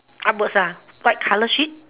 upwards ah white color sheet